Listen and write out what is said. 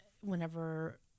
whenever